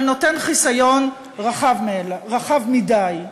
אבל נותן חיסיון רחב מדי.